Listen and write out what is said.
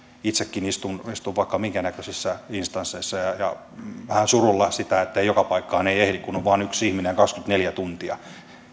itsekin istun istun vaikka minkä näköisissä instansseissa ja on vähän surullista ettei joka paikkaan ehdi kun on vain yksi ihminen ja kaksikymmentäneljä tuntia